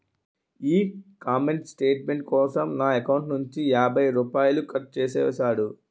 ఈ comment statement కోసం నా ఎకౌంటు నుంచి యాభై రూపాయలు కట్టు చేసేసాడు